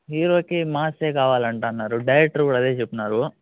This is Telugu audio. హీరోకి మాసే కావాలంటన్నారు డైరెక్టర్ కూడా అదే చెప్పినారు